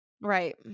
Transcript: Right